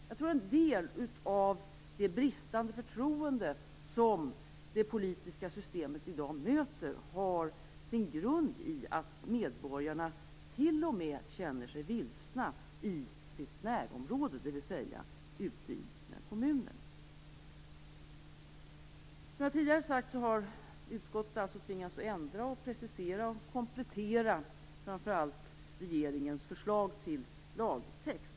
Jag tror att en del av det bristande förtroende som det politiska systemet i dag möter har sin grund i att medborgarna t.o.m. känner sig vilsna i sitt närområde, dvs. ute i sina kommuner. Som jag tidigare har sagt har utskottet tvingats ändra, precisera och komplettera framför allt regeringens förslag till lagtext.